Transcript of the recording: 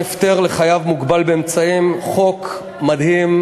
שעה) (הפטר לחייב מוגבל באמצעים) חוק מדהים,